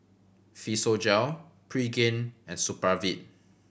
Physiogel Pregain and Supravit